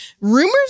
rumors